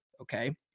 okay